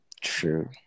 True